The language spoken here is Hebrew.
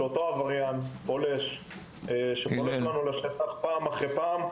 שאותו עבריין שפולש לשטח שלנו פעם אחר פעם,